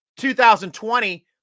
2020